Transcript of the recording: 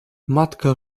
matka